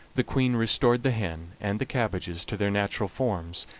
the queen restored the hen and the cabbages to their natural forms,